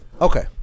Okay